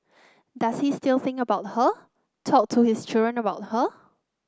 does he still think about her talk to his children about her